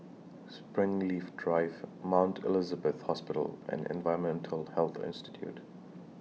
Springleaf Drive Mount Elizabeth Hospital and Environmental Health Institute